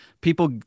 people